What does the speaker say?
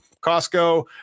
Costco